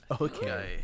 Okay